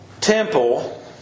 temple